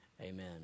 Amen